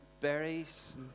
berries